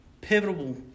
pivotal